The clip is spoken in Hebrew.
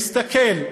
להסתכל,